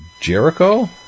Jericho